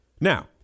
Now